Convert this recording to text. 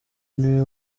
niwe